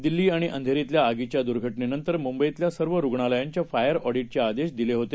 दिल्लीआणिअंधेरीतल्याआगीच्यादुर्घटनेनंतरमुंबईतल्यासर्वरुग्णालयांच्याफायरऑडिट चेआदेशदिलेहोते